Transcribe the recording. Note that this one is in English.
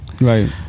Right